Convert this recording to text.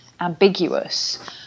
ambiguous